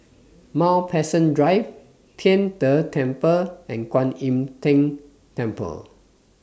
Mount Pleasant Drive Tian De Temple and Kwan Im Tng Temple